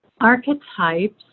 Archetypes